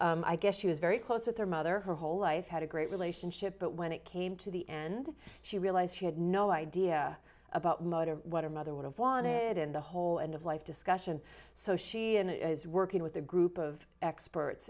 do i guess she was very close with her mother her whole life had a great relationship but when it came to the end she realised she had no idea about mater what her mother would have won it in the whole end of life discussion so she is working with a group of experts